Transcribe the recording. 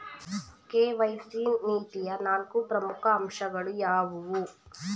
KYC ನೀತಿಯ ನಾಲ್ಕು ಪ್ರಮುಖ ಅಂಶಗಳು ಯಾವುವು?